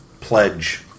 pledge